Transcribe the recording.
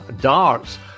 Darts